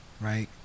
right